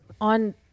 on